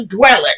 dwellers